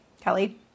Kelly